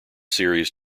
series